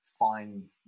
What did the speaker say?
Find